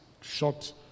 short